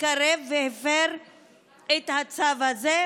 התקרב והפר את הצו הזה,